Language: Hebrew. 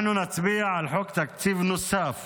אנחנו נצביע על חוק תקציב נוסף